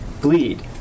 Bleed